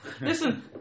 Listen